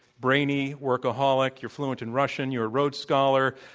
brainy, workaholic. you're fluent in russian. you're a rhodes scholar.